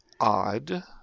odd